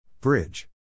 Bridge